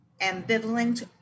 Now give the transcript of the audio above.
ambivalent